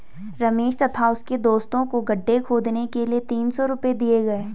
रमेश तथा उसके दोस्तों को गड्ढे खोदने के लिए तीन सौ रूपये दिए गए